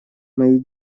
мои